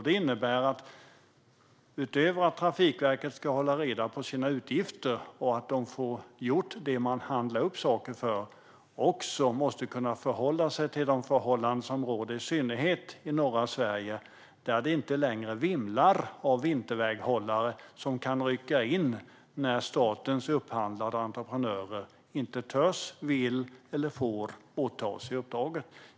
Det innebär att Trafikverket, utöver att man ska hålla reda på sina utgifter och att man får det gjort som man har upphandlat, också måste kunna förhålla sig till de förhållanden som råder i synnerhet i norra Sverige, där det inte längre vimlar av vinterväghållare som kan rycka in när statens upphandlade entreprenörer inte törs, inte vill eller inte får åta sig uppdraget.